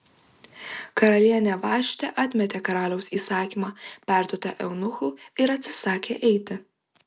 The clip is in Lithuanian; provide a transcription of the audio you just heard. karalienė vaštė atmetė karaliaus įsakymą perduotą eunuchų ir atsisakė eiti